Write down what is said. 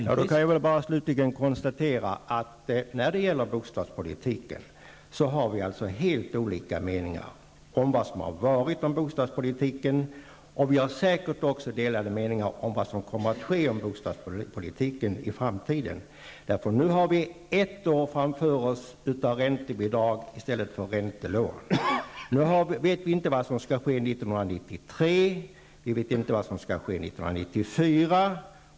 Herr talman! Då kan jag avslutningsvis konstatera att vi alltså har helt olika meningar om vad som har skett när det gäller bostadspolitiken. Vi har säkert också delade meningar om vad som kommer att ske inom bostadspolitiken i framtiden. Nu har vi ett år framför oss av räntebidrag i stället för räntelån. Nu vet vi inte vad som kommer ske under 1993. Vi vet inte heller vad som skall ske 1994.